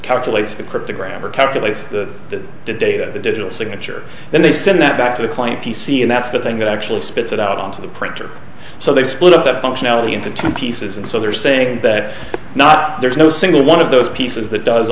calculates the date of the digital signature then they send that back to the client p c and that's the thing that actually spits it out onto the printer so they split up the functionality into two pieces and so they're saying that not there is no single one of those pieces that does